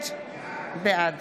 בעד